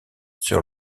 sur